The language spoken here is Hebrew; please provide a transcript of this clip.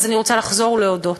אז אני רוצה לחזור ולהודות